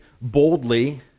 boldly